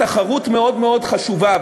התחרות מאוד מאוד חשובה,